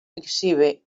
exhibe